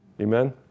Amen